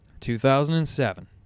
2007